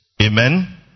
amen